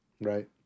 right